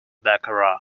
baccarat